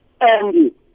Andy